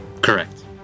Correct